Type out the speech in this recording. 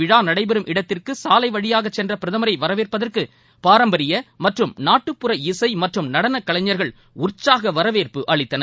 விழா நடைபெறும் இடத்திற்கு சாலை வழியாக சென்ற பிரதமரை வரவேற்பதற்கு பாரம்பரிய மற்றும் நாட்டுப்புற இசை மற்றும் நடனக் கலைஞர்கள் உற்சாக வரவேற்பு அளித்தனர்